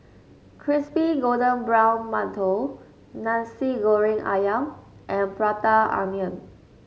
Crispy Golden Brown Mantou Nasi Goreng ayam and Prata Onion